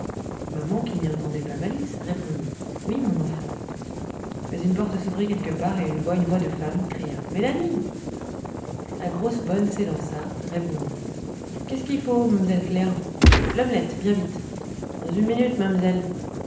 maman qui n'y entendait pas malice répondit oui mon enfant mais une porte s'ouvrit quelque part et une voix une voix de femme cria mélanie la grosse bonne s'élança répondit qu'est-ce qu'il faut mamzelle claire l'omelette bien vite dans une minute